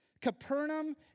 Capernaum